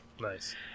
nice